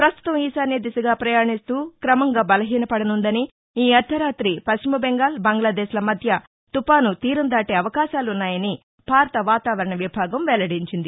ప్రస్తుతం ఈశాన్య దిశగా ప్రయాణిస్తూ క్రమంగా బలహీన పడనుందని ఈ అర్దరాతి పశ్చిమబెంగాల్ బంగ్లాదేశ్ల మధ్య తుపాసు తీరం దాటే అవకాశాలున్నాయని భారత వాతావరణ విభాగం వెల్లడించింది